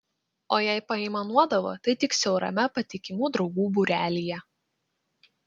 o jei paaimanuodavo tai tik siaurame patikimų draugų būrelyje